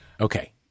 Okay